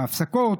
בהפסקות,